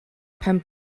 pen